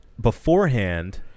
beforehand